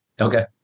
Okay